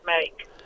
make